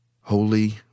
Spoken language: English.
Holy